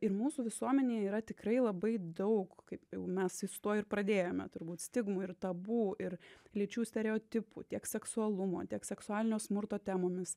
ir mūsų visuomenėje yra tikrai labai daug kaip mes su tuo ir pradėjome turbūt stigmų ir tabu ir lyčių stereotipų tiek seksualumo tiek seksualinio smurto temomis